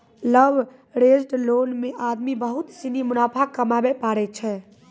leveraged loan मे आदमी बहुत सनी मुनाफा कमाबै पारै छै